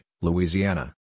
Louisiana